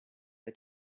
her